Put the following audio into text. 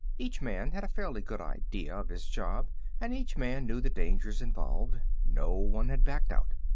each man had a fairly good idea of his job and each man knew the dangers involved. no one had backed out.